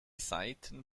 seiten